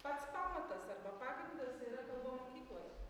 pats pamatas arba pagrindas yra kalba mokykloje